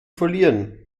verlieren